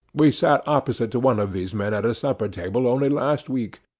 we sat opposite to one of these men at a supper table, only last week.